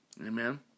Amen